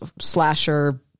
slasher